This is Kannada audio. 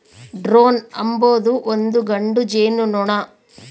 ಡ್ರೋನ್ ಅಂಬೊದು ಒಂದು ಗಂಡು ಜೇನುನೊಣ